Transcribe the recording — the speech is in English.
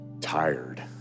tired